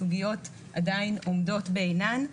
הסוגיות עדיין עומדות בעינן.